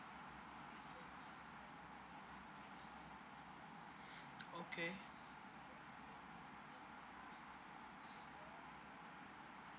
okay